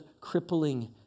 crippling